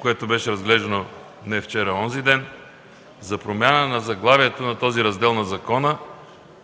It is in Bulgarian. което беше разглеждано не вчера, а онзи ден, за промяна в заглавието на този раздел на закона,